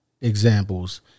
examples